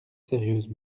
sérieuses